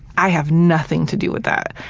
i have nothing to do with that.